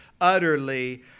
utterly